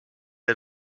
des